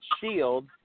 shield